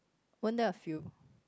weren't there a few